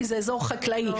וזה הכול שטח חקלאי.